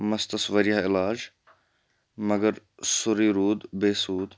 مَستَس واریاہ علاج مگر سورُے روٗد بے سوٗد